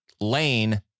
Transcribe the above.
Lane